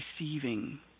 receiving